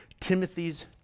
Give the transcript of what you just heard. Timothy's